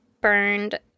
burned